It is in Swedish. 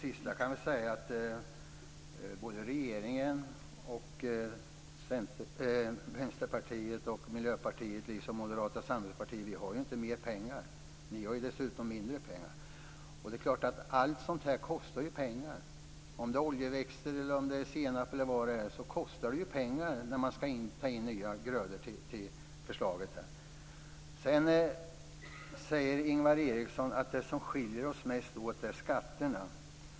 Fru talman! Både regeringen, Vänsterpartiet och Miljöpartiet liksom Moderata samlingspartiet har inte mer pengar. Ni har dessutom mindre pengar. Nya grödor kostar pengar - om det är oljeväxter, senap eller vad det är. Ingvar Eriksson säger att det som skiljer oss mest åt är skatterna.